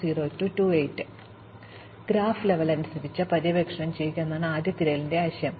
അതിനാൽ graph level അനുസരിച്ച് പര്യവേക്ഷണം ചെയ്യുക എന്നതാണ് ആദ്യ തിരയലിന്റെ ആശയം